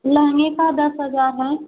लहंगे का दस हज़ार है